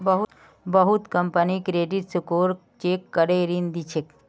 बहुत company credit score check करे ऋण दी छेक